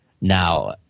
Now